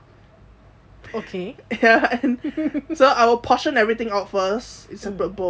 ya and so I will portion everything out first